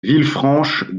villefranche